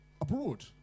abroad